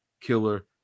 killer